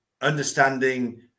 Understanding